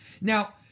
Now